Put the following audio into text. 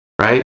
right